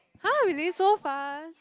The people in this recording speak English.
!huh! really so fast